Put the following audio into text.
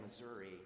Missouri